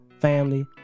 family